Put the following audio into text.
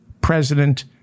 president